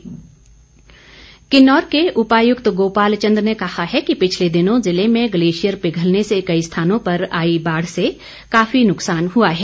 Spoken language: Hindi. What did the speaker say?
डीसी किन्नौर किन्नौर के उपायुक्त गोपाल चंद ने कहा है कि पिछले दिनों ज़िले में ग्लेशियर पिघलने से कई स्थानों पर आई बाढ़ से काफी नुकसान हुआ है